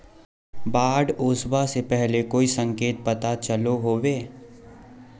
बाढ़ ओसबा से पहले कोई संकेत पता चलो होबे?